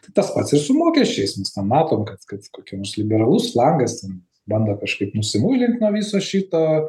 tai tas pats ir su mokesčiais mes tą matom kad kad kokie nors liberalus flangas ten bando kažkaip nusimuilint nuo viso šito